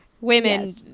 Women